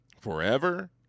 Forever